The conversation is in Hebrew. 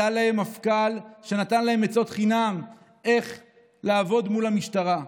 היה להם מפכ"ל שנתן להם עצות חינם איך לעבוד מול המשטרה.